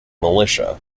militia